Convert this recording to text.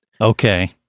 Okay